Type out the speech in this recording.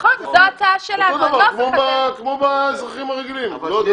כמו באזרחים הרגילים.